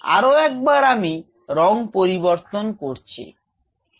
আরও একবার আমি রঙ পরিবর্তন করছি